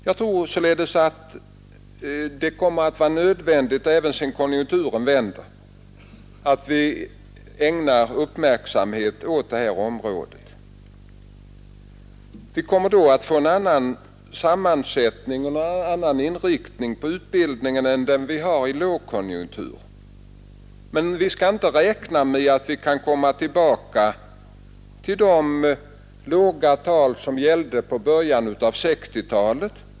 Jag tror således att det kommer att vara nödvändigt att ägna uppmärksamhet åt det här området även sedan konjunkturen vänt. Vi kommer då att få en annan sammansättning och en annan inriktning på utbildningen än den vi har under lågkonjunktur. Men vi skall inte räkna med att vi kan komma tillbaka till de låga tal som gällde i början av 1960-talet.